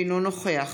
אינו נוכח